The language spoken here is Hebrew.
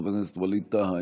חבר הכנסת ווליד טאהא,